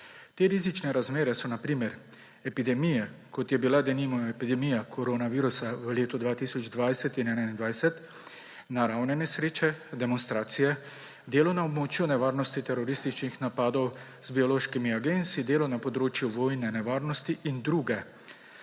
Te rizične razmere so na primer epidemije, kot je bila denimo epidemija koronavirusa v letu 2020 in 2021, naravne nesreče, demonstracije, delo na območju nevarnosti terorističnih napadov z biološkimi agensi, delo na področju vojne nevarnosti in druge.